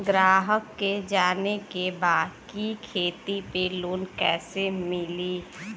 ग्राहक के जाने के बा की खेती पे लोन कैसे मीली?